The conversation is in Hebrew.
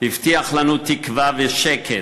הבטיח לנו תקווה ושקט,